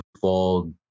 fall